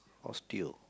Osteo